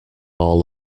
all